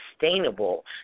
sustainable